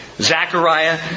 Zechariah